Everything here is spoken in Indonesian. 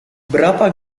berapa